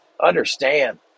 Understand